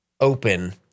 open